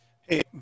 Hey